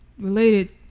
Related